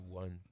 one